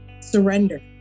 surrender